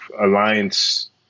alliance